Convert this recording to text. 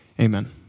Amen